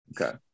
okay